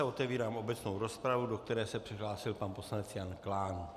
Otevírám obecnou rozpravu, do které se přihlásil pan poslanec Jan Klán.